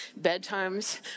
Bedtimes